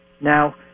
Now